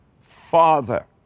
Father